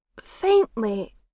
faintly